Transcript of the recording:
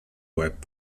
web